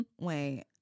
Wait